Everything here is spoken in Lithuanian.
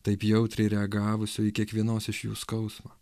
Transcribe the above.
taip jautriai reagavusio į kiekvienos iš jų skausmą